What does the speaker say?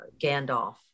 Gandalf